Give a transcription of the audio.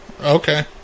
Okay